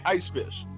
Icefish